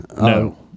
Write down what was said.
No